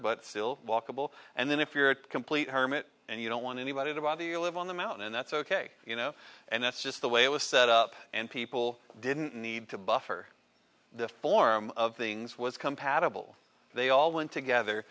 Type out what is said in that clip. walkable and then if you're a complete hermit and you don't want anybody to bother you live on the mountain and that's ok you know and that's just the way it was set up and people didn't need to buffer the form of things was compatible they all went together